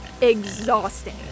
exhausting